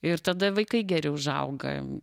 ir tada vaikai geri užauga